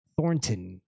Thornton